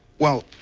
well